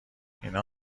اینا